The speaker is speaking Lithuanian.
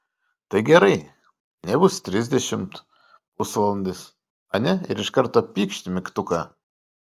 tai gerai nebus trisdešimt pusvalandis ane ir iš karto pykšt mygtuką